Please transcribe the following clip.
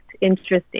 interesting